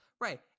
Right